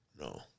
No